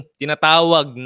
tinatawag